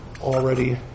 already